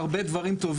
מחשבי הקוונטי